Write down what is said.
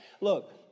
look